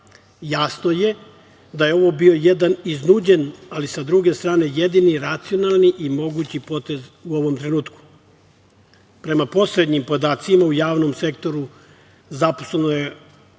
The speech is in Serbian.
Jasno je da je ovo bio jedan iznuđen, ali sa druge strane jedini racionalni i mogući potez u ovom trenutku. Prema poslednjim podacima, u javnom sektoru zaposleno je